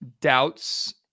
doubts